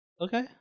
Okay